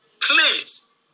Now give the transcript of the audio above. Please